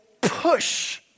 push